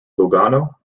lugano